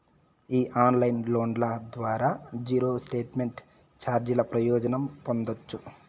ఈ ఆన్లైన్ లోన్ల ద్వారా జీరో స్టేట్మెంట్ చార్జీల ప్రయోజనం పొందచ్చు